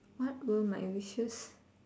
what were my wishes